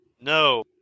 No